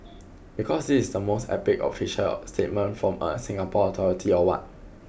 because this is the most epic official statement from a Singapore authority or what